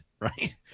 right